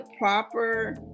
proper